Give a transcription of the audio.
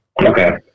Okay